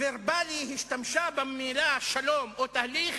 ורבלי במלה "שלום" או "תהליך"